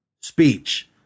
speech